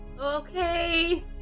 Okay